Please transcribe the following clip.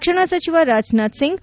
ರಕ್ಷಣಾ ಸಚಿವ ರಾಜನಾಥ್ ಸಿಂಗ್